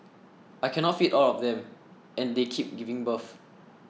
I cannot feed all of them and they keep giving birth